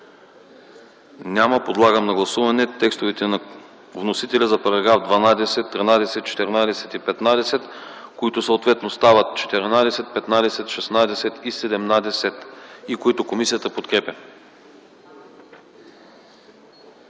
няма. Подлагам на гласуване текстовете на вносителя за параграфи 12, 13, 14 и 15, които съответно стават параграфи 14, 15, 16 и 17, и които комисията подкрепя.